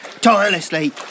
tirelessly